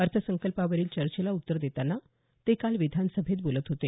अर्थसंकल्पावरील चर्चेला उत्तर देतांना ते काल विधान सभेत बोलत होते